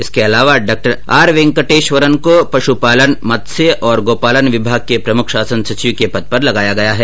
इसके अलावा डॉ आर वैंकटेश्वरन को पशुपालन मत्स्य और गौपालन विभाग के प्रमुख शासन सचिव के पद पर लगाया गया है